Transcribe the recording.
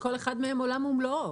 וכל אחד מהם עולם ומלואו.